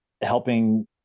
helping